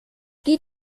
geht